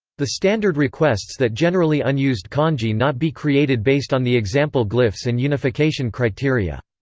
the standard requests that generally unused kanji not be created based on the example glyphs and unification criteria.